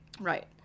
right